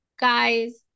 guys